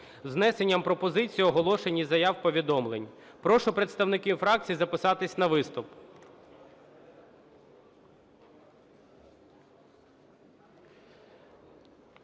внесенням пропозицій, оголошень і заяв, повідомлень. Прошу представників фракцій записатись на виступ.